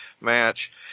match